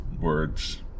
words